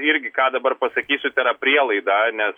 irgi ką dabar pasakysiu tėra prielaida nes